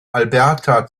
alberta